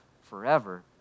forever